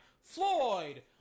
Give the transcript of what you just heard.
Floyd